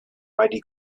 mighty